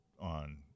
on